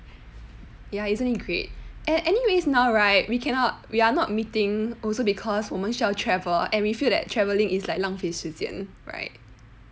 ya isn't it great eh anyway now right we cannot we are not meeting also because 我们需要 travel and we feel that travelling is like 浪费时间 right